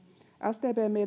sdpn